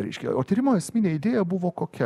reiškia o tyrimo esminė idėja buvo kokia